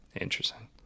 Interesting